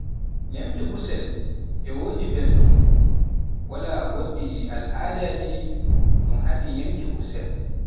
nyamki kusel e wodi belɗum, walaa goɗɗi al'adaji gonɗe haɗi nyamki kusel.